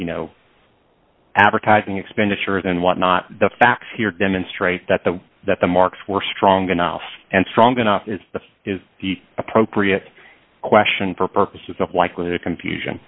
of advertising expenditures and what not the facts here demonstrate that the that the marks were strong enough and strong enough is the is the appropriate question for purposes of likely the confusion